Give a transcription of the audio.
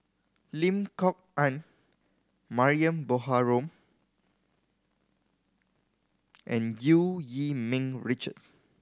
Lim Kok Ann Mariam Baharom and Eu Yee Ming Richard